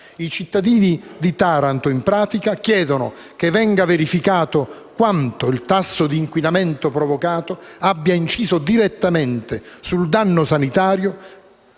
I cittadini dì Taranto chiedono che venga verificato quanto il tasso di inquinamento provocato abbia inciso direttamente sul danno sanitario